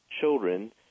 children